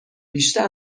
بیشتر